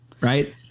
right